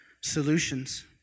solutions